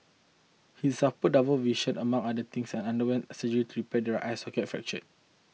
he suffered double vision among other things and underwent surgery to repair the eye socket fracture